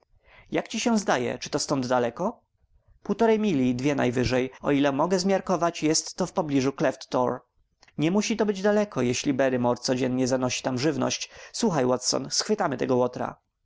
jak ci się zdaje czy to stąd daleko półtorej mili dwie najwyżej o ile mogę zmiarkować jest to w pobliżu cleft tor nie musi to być daleko jeśli barrymore codzień zanosi tam żywność słuchaj watson schwytam tego łotra